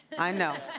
i know.